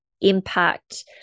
impact